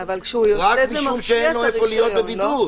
רק משום שאין לו איפה להיות בבידוד.